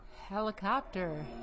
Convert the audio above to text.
Helicopter